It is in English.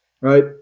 right